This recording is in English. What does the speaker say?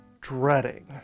dreading